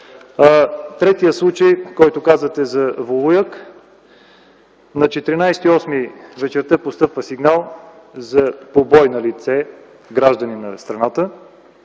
Третият случай, за който казвате – за Волуяк – на 14.08.2010 г. вечерта постъпва сигнал за побой над лице, гражданин на страната.